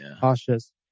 cautious